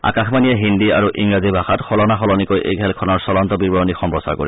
আকাশবাণীয়ে হিন্দী আৰু ইংৰাজী ভাষাত সলনা সলনিকৈ এই খেলখনৰ চলন্ত বিৱৰণী সম্প্ৰচাৰ কৰিব